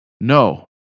No